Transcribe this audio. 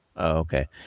Okay